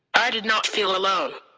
i did not feel alone.